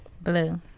Blue